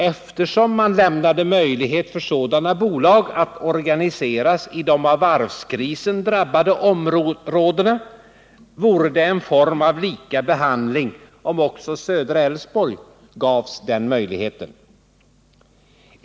Eftersom man lämnade möjlighet för sådana bolag att organiseras i de av varvskrisen drabbade områdena vore det en form av lika behandling om också Södra Älvsborg gavs den möjligheten.